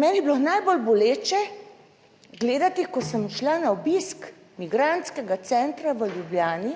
meni je bilo najbolj boleče gledati, ko sem šla na obisk migrantskega centra v Ljubljani,